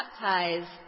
baptize